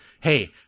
Hey